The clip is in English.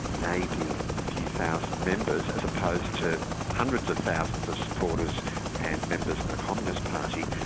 maybe a few thousand members, as opposed to hundreds of thousands of supporters and members in the communist party,